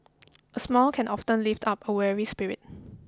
a smile can often lift up a weary spirit